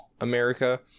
America